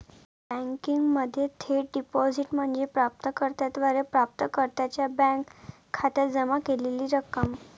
बँकिंगमध्ये थेट डिपॉझिट म्हणजे प्राप्त कर्त्याद्वारे प्राप्तकर्त्याच्या बँक खात्यात जमा केलेली रक्कम